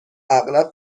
اغلب